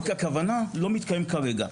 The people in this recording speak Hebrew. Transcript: הכוונה לא מתקיימת.